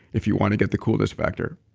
if you want to get the coolest factor.